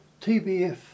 TBF